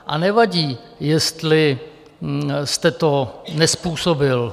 A nevadí, jestli jste to nezpůsobil...